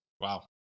Wow